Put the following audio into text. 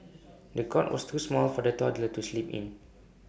the cot was too small for the toddler to sleep in